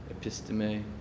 episteme